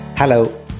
Hello